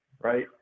right